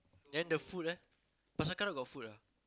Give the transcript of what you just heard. then the food leh not second got food lah